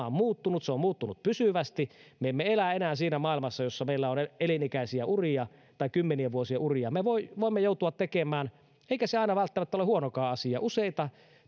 on muuttunut se on muuttunut pysyvästi me emme elä enää siinä maailmassa jossa meillä on elinikäisiä uria tai kymmenien vuosien uria me voimme joutua tekemään eikä se aina välttämättä ole huonokaan asia useita